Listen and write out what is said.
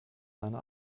deine